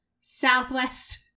southwest